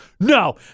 No